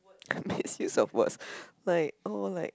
misuse of words like oh like